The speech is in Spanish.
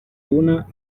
una